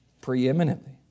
preeminently